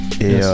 Et